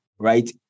right